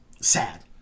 sad